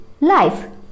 life